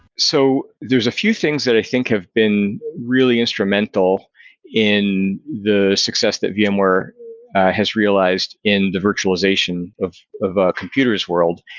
so there's a few things that i think have been really instrumental in the success that vmware has realized in the virtualization of of a computer s world,